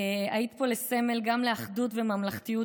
היית פה לסמל גם של אחדות וממלכתיות,